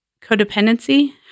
Codependency